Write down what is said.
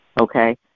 Okay